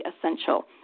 essential